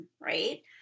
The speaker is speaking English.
right